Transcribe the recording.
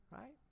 right